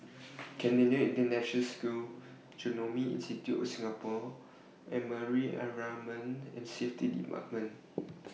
Canadian International School Genome Institute of Singapore and Marine Environment and Safety department